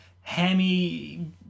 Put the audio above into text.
hammy